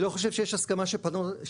אני לא חושב שיש הסכמה שפתרנו את הבעיה.